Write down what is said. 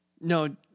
No